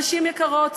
נשים יקרות,